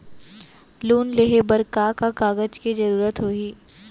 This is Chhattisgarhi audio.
लोन लेहे बर का का कागज के जरूरत होही?